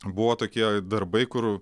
buvo tokie darbai kur